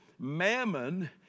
Mammon